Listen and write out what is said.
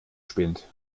spinnt